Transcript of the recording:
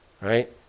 Right